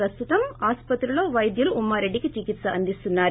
ప్రస్తుతం ఆస్పత్రిలో వైద్యులు ఉమారెడ్డికి చికిత్స అందిస్తున్నారు